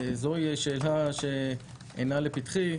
זוהי שאלה שאינה לפתחי.